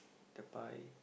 the pie